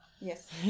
Yes